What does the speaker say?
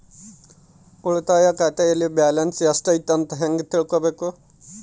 ಉಳಿತಾಯ ಖಾತೆಯಲ್ಲಿ ಬ್ಯಾಲೆನ್ಸ್ ಎಷ್ಟೈತಿ ಅಂತ ಹೆಂಗ ತಿಳ್ಕೊಬೇಕು?